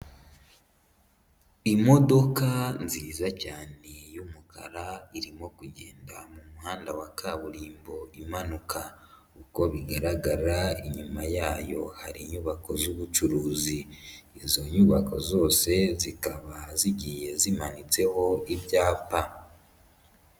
Iodoka nziza cyane y'umukara irimo kugenda mu muhanda wa kaburimbo imanuka, uko bigaragara inyuma yayo hari inyubako z'ubucuruzi izo nyubako zose zikaba zigiye zimanitseho ibyapa.